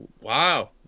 wow